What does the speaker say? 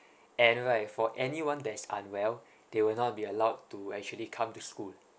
and right for anyone that is unwell they will not be allowed to actually come to school